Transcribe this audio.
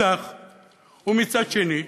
מצד שני,